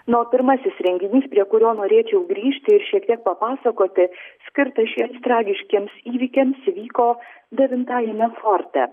na o pirmasis renginys prie kurio norėčiau grįžti ir šiek tiek papasakoti skirtas šiems tragiškiems įvykiams vyko devintajame forte